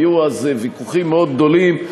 היו אז ויכוחים מאוד גדולים.